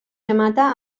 remata